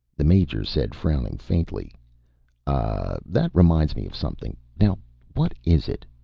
the major said, frowning faintly ah, that reminds me of something. now what is it?